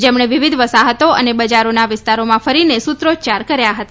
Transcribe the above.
જેમણે વિવિધ વસાહતો અને બજારોના વિસ્તારોમાં ફરીને સૂત્રોચ્યાર કર્યા હતા